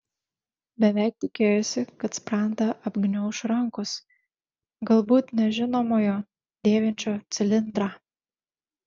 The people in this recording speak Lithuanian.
beveik tikėjosi kad sprandą apgniauš rankos galbūt nežinomojo dėvinčio cilindrą